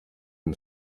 and